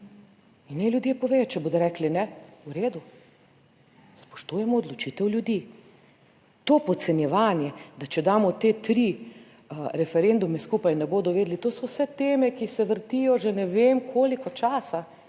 in naj ljudje povedo, če bodo rekli ne, v redu, spoštujemo odločitev ljudi. To podcenjevanje, da če damo te tri referendume skupaj, ne bodo vedeli, to so vse teme, ki se vrtijo že ne vem koliko časa,